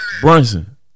Brunson